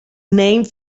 named